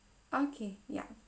okay ya